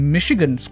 Michigan